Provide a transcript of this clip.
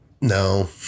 No